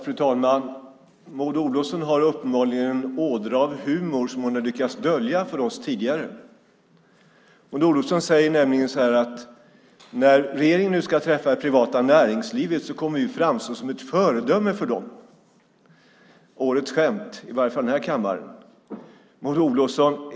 Fru talman! Maud Olofsson har uppenbarligen en ådra av humor som hon har lyckats dölja för oss tidigare. Maud Olofsson säger nämligen att när regeringen ska träffa det privata näringslivet kommer regeringen att framstå som ett föredöme. Det måste vara årets skämt, i varje fall i kammaren.